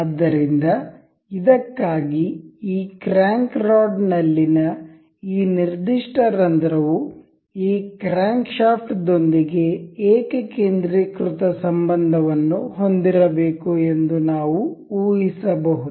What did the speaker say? ಆದ್ದರಿಂದ ಇದಕ್ಕಾಗಿ ಈ ಕ್ರ್ಯಾಂಕ್ ರಾಡ್ ನಲ್ಲಿನ ಈ ನಿರ್ದಿಷ್ಟ ರಂಧ್ರವು ಈ ಕ್ರ್ಯಾಂಕ್ ಶಾಫ್ಟ್ ದೊಂದಿಗೆ ಏಕಕೇಂದ್ರೀಕೃತ ಸಂಬಂಧವನ್ನು ಹೊಂದಿರಬೇಕು ಎಂದು ನಾವು ಊಹಿಸಬಹುದು